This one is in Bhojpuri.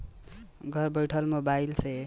घर बइठल मोबाइल से सारा लेन देन के विवरण मिल जाता